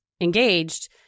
engaged